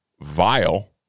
Vile